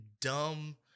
dumb